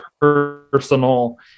personal